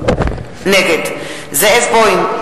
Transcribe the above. נגד זאב בוים,